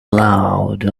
loud